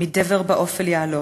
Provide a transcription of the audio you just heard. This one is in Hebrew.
מדבר באֹפל יהלֹך,